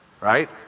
Right